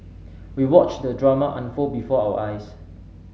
we watched the drama unfold before our eyes